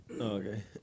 Okay